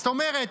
זאת אומרת,